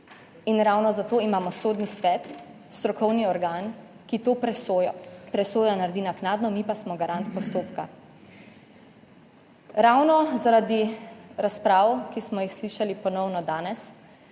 Ravno zato imamo Sodni svet, strokovni organ, ki to presojo naredi naknadno, mi pa smo garant postopka. Ravno zaradi razprav, ki smo jih ponovno slišali danes,